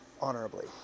honorably